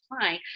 fine